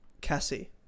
Cassie